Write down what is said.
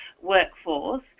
workforce